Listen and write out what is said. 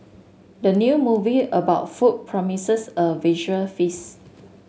the new movie about food promises a visual feast